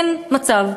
אין מצב,